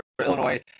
Illinois